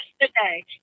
yesterday